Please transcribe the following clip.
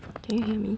can you hear me